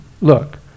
look